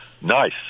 Nice